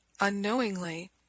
unknowingly